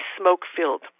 smoke-filled